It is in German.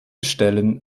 stellen